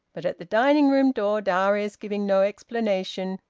but at the dining-room door darius, giving no explanation,